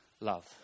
love